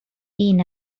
این